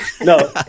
No